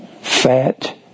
Fat